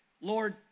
Lord